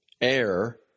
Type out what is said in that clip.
air